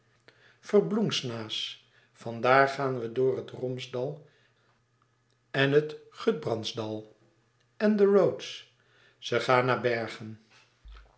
veblungsnaes van daar gaan we door het romsdal en het gudbrandsdal en de rhodes ze gaan naar bergen